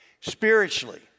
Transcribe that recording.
Spiritually